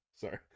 sorry